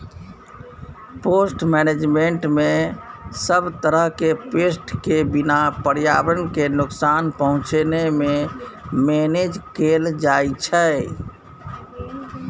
pest मेनेजमेन्टमे सब तरहक पेस्ट केँ बिना पर्यावरण केँ नुकसान पहुँचेने मेनेज कएल जाइत छै